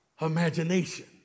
imagination